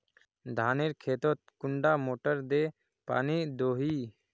धानेर खेतोत कुंडा मोटर दे पानी दोही?